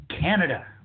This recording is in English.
Canada